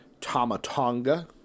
Tamatonga